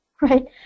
right